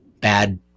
bad